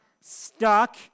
stuck